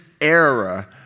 era